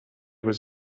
was